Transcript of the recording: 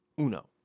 Uno